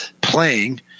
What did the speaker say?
playing